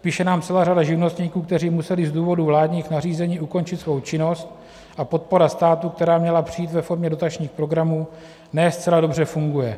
Píše nám celá řada živnostníků, kteří museli z důvodu vládních nařízení ukončit svou činnost, a podpora státu, která měla přijít ve formě dotačních programů, ne zcela dobře funguje.